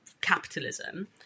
capitalism